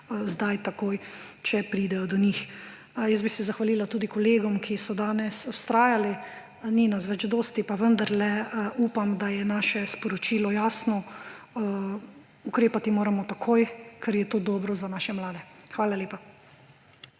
zdaj, takoj, če pridejo do njih. Zahvalila bi se tudi kolegom, ki so danes vztrajali, ni nas več dosti, pa vendarle upam, da je naše sporočilo jasno: ukrepati moramo takoj, ker je to dobro za naše mlade. Hvala lepa.